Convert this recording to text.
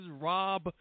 Rob